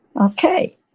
Okay